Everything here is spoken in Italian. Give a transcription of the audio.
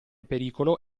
pericolo